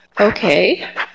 Okay